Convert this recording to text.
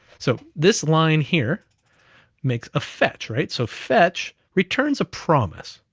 so this line here makes a fetch, right? so fetch returns a promise,